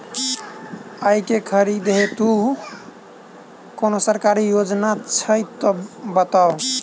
आइ केँ खरीदै हेतु कोनो सरकारी योजना छै तऽ बताउ?